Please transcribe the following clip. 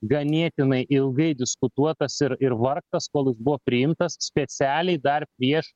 ganėtinai ilgai diskutuotas ir ir vargtas kol jis buvo priimtas specialiai dar prieš